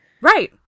Right